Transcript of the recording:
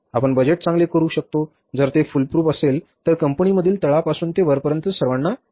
आपण बजेट चांगले करू शकतो जर ते फुलप्रूफ असेल व कंपनीमधील तळापासून ते वरपर्यंत सर्वांना मान्य असेल